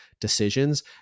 decisions